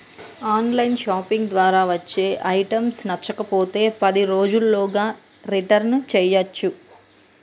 on line shopping ద్వారా వచ్చే items నచ్చకపోతే పది రోజుల్లోగా రిటర్న్ చేయ్యచ్చు